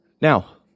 Now